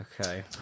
okay